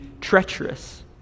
treacherous